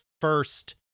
first